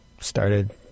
started